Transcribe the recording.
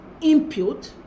input